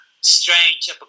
strange